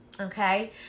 okay